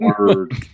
word